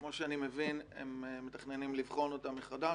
כמו שאני מבין, הם מתכננים לבחון אותה מחדש.